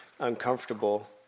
Uncomfortable